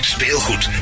Speelgoed